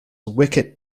wicket